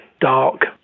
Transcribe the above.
dark